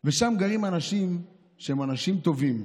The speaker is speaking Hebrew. ושם גרים אנשים שהם אנשים טובים.